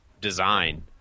design